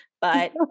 but-